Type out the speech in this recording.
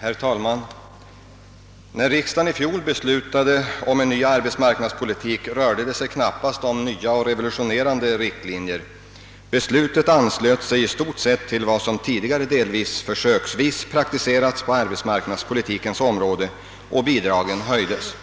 Herr talman! När riksdagen i fjol beslutade om en ny arbetsmarknadspolitik rörde det sig knappast om några nya och "revolutionerande riktlinjer. Beslutet anslöt sig i stort till vad som tidigare delvis försöksvis praktiserats på arbetsmarknadspolitikens område, och bidragen höjdes.